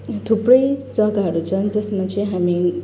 थुप्रै जग्गाहरू छन् जसमा चाहिँ हामी